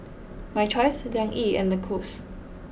My Choice Liang Yi and Lacoste